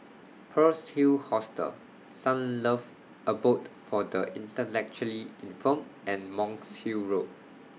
Pearl's Hill Hostel Sunlove Abode For The Intellectually Infirmed and Monk's Hill Road